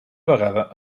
vegada